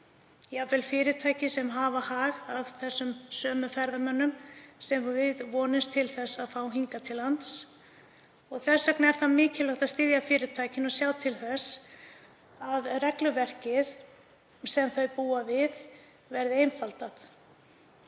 fyrirtæki sem hafa hag af þessum sömu ferðamönnum sem við vonumst til að fá hingað til lands. Þess vegna er mikilvægt að styðja fyrirtækin og sjá til þess að regluverkið sem þau búa við verði einfaldað.